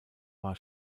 war